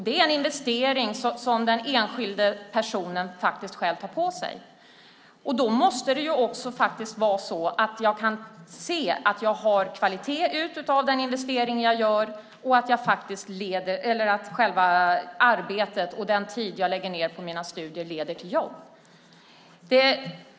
Det är en investering som den enskilde personen tar på sig, och då måste man kunna se att det är kvalitet i den investeringen och att det arbete och den tid man lägger ned på studierna också leder till jobb.